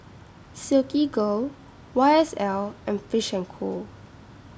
Silkygirl Y S L and Fish and Co